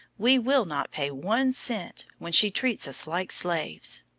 we will not pay one cent when she treats us like slaves!